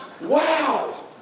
Wow